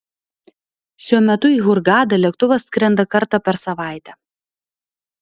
šiuo metu į hurgadą lėktuvas skrenda kartą per savaitę